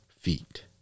feet